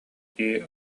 дии